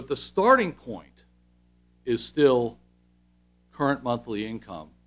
but the starting point is still current monthly income